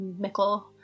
Mikkel